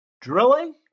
drilling